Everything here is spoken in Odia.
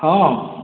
ହଁ